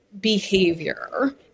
behavior